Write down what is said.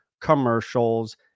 commercials